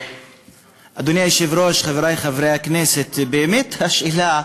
אדוני היושב-ראש, חברי חברי הכנסת, באמת, השאלה,